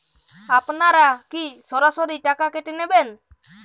আপনারা কি সরাসরি টাকা কেটে নেবেন?